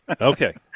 Okay